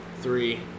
three